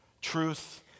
Truth